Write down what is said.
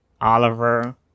Oliver